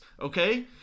Okay